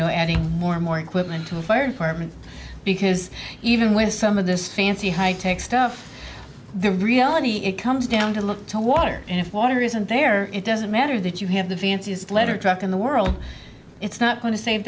know adding more more equipment to the fire department because even with some of this fancy high tech stuff the reality it comes down to look to water and if water isn't there it doesn't matter that you have the fanciest letter truck in the world it's not going to save